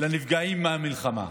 לנפגעים מהמלחמה.